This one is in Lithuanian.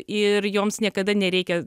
ir joms niekada nereikia